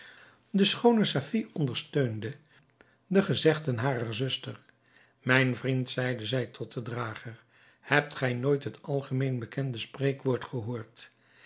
de schoone safie ondersteunde de gezegden harer zuster mijn vriend zeide zij tot den drager hebt gij nooit het algemeen bekende spreekwoord gehoord